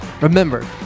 Remember